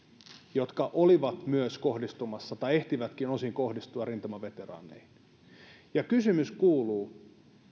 jotka olivat myös kohdistumassa tai ehtivätkin osin kohdistua rintamaveteraaneihin ja kysymys kuuluu